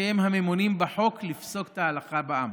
שהם הממונים בחוק לפסוק את ההלכה בעם.